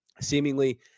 seemingly